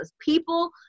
People